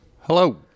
Hello